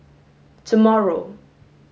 tomorrow